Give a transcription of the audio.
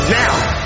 now